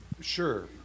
Sure